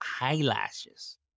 eyelashes